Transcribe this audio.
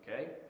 okay